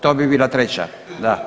To bi bila treća, da.